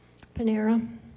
Panera